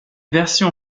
version